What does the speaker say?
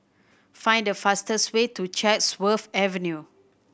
find the fastest way to Chatsworth Avenue